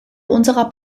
unserer